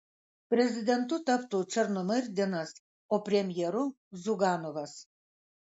prezidentu taptų černomyrdinas o premjeru ziuganovas